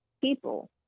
people